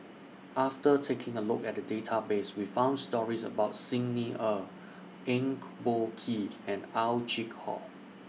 after taking A Look At The Database We found stories about Xi Ni Er Eng Boh Kee and Ow Chin Hock